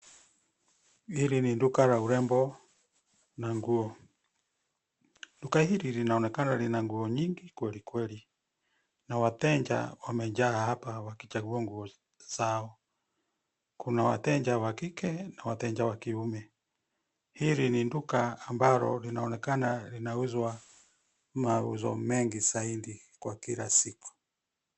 Hili ni duka la urembo na nguo. Duka hili linaonekana lina nguo nyingi kwelikweli na wateja wamejaa hapa wakichagua nguo zao. Kuna wateja wa kike na wateja wa kiume. Hili ni duka ambalo linaonekana linauzwa mauzo mengi zaidi kwa kila siku.